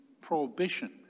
prohibition